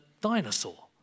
dinosaur